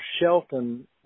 shelton